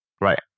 Right